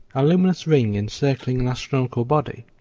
a luminous ring encircling an astronomical body,